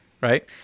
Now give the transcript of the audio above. right